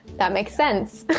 that makes sense.